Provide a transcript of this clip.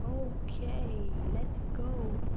okay lets go